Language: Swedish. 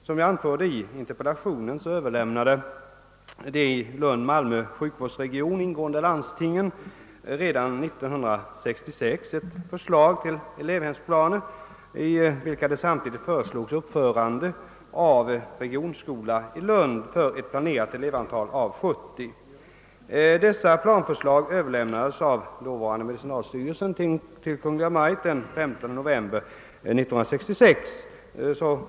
Som jag anförde i interpellationen överlämnade de i Lund-Malmö sjukvårdsregion ingående landstingen redan 1966 ett förslag om elevhemsplaner, i vilka det samtidigt föreslogs uppförande av en regionskola i Lund för ett planerat antal av 70 elever. Dessa planförslag överlämnades av dåvarande medicinalstyrelsen till Kungl. Maj:t den 15 november 1966.